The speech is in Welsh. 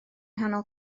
nghanol